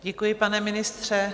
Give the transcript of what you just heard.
Děkuji, pane ministře.